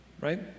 right